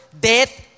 Death